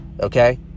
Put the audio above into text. Okay